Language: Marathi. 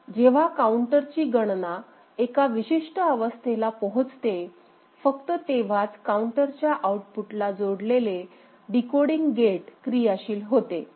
जेव्हा काउंटरची गणना एका विशिष्ट अवस्थेला पोहोचते फक्त तेव्हाच काऊंटरच्या आऊट पुटला जोडलेले डिकोडींग गेट क्रियाशील होते